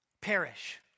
perish